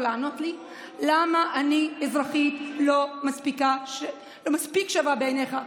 לענות לי למה אני אזרחית לא מספיק שווה בעיניך,